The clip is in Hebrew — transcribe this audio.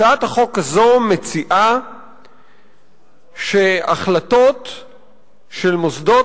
הצעת החוק הזאת מציעה שהחלטות של מוסדות